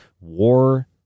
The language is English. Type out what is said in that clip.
War